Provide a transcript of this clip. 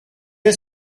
est